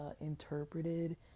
interpreted